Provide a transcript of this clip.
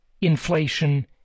inflation